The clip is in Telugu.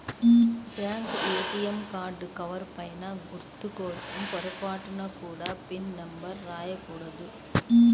బ్యేంకు ఏటియం కార్డు కవర్ పైన గుర్తు కోసం పొరపాటున కూడా పిన్ నెంబర్ రాయకూడదు